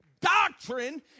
Doctrine